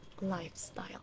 lifestyle